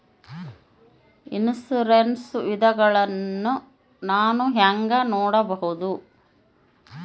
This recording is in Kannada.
ಇನ್ಶೂರೆನ್ಸ್ ವಿಧಗಳನ್ನ ನಾನು ಹೆಂಗ ನೋಡಬಹುದು?